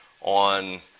on